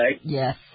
Yes